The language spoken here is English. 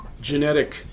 genetic